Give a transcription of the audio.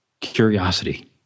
curiosity